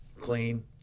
clean